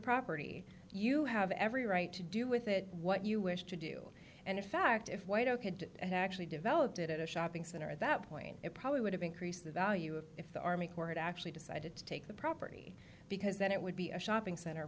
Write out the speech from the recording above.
property you have every right to do with it what you wish to do and in fact if white oak had actually developed it at a shopping center at that point it probably would have increased the value of if the army corps had actually decided to take the property because then it would be a shopping cent